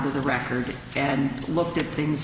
the record and looked at things